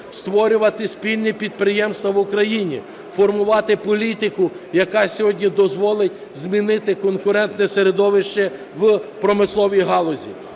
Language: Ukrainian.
створювати спільні підприємства в Україні, формувати політику, яка сьогодні дозволить змінити конкурентне середовище в промисловій галузі.